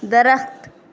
درخت